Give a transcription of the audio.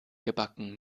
gebacken